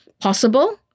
possible